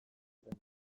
ziren